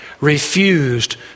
refused